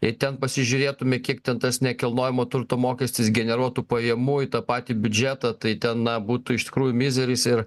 jei ten pasižiūrėtume kiek ten tas nekilnojamo turto mokestis generuotų pajamų į tą patį biudžetą tai ten na būtų iš tikrųjų mizeris ir